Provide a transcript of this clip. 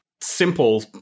simple